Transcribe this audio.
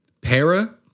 Para